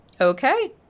Okay